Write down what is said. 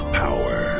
power